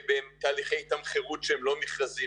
בתהליכי תמחור שהם לא מכרזים,